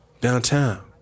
downtown